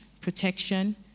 protection